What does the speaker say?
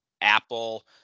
Apple